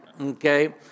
Okay